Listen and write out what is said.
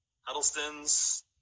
Huddleston's